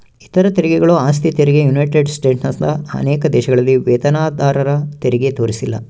ಇತರ ತೆರಿಗೆಗಳು ಆಸ್ತಿ ತೆರಿಗೆ ಯುನೈಟೆಡ್ ಸ್ಟೇಟ್ಸ್ನಂತ ಅನೇಕ ದೇಶಗಳಲ್ಲಿ ವೇತನದಾರರತೆರಿಗೆ ತೋರಿಸಿಲ್ಲ